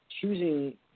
choosing